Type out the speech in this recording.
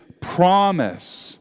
promise